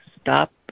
stop